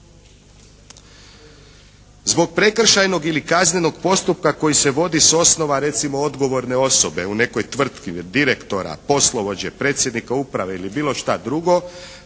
Zbog prekršajnog ili kaznenog postupka koji se vodi s osnova recimo odgovorne osobe u nekoj tvrtki, direktora, poslovođe, predsjednika uprave ili bilo šta drugo,